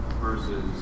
versus